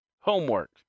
homework